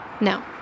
No